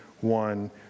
one